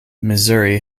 missouri